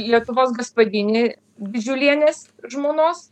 lietuvos gaspadinė didžiulienės žmonos